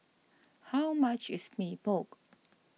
how much is Mee Pok